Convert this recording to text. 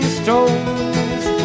stones